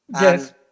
Yes